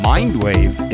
Mindwave